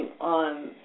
on